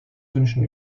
wünschen